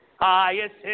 highest